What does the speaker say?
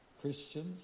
Christians